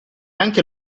anche